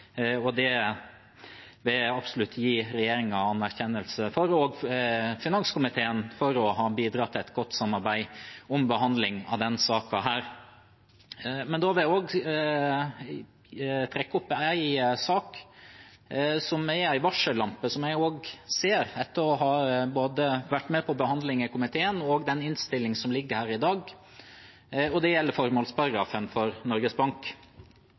Det vil jeg absolutt gi regjeringen anerkjennelse for – og også finanskomiteen for å ha bidratt til et godt samarbeid om behandlingen av denne saken. Jeg vil også trekke fram en sak, som en varsellampe, slik jeg ser det etter å ha vært med på behandlingen i komiteen av innstillingen som ligger her i dag. Det gjelder formålsparagrafen for Norges Bank.